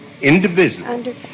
indivisible